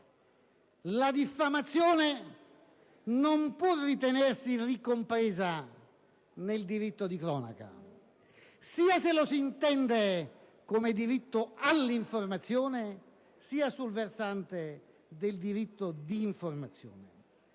La diffamazione non può ritenersi ricompresa nel diritto di cronaca, sia che lo si intenda come diritto all'informazione che sul versante del diritto di informazione.